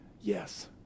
yes